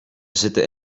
zitten